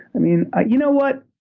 i mean ah you know what,